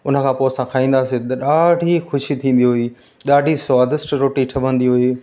उन खां पोइ असां खाईंदा हुआसीं त ॾाढी ख़ुशी थींदी हुई ॾाढी स्वादिष्ट रोटी ठहंदी हुई